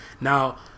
Now